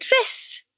dress